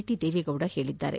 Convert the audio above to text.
T Deve Gowda ಹೇಳಿದ್ದಾರೆ